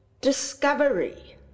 discovery